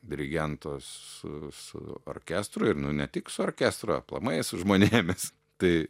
dirigentas su orkestru ir nu ne tik su orkestru aplamai su žmonėmis tai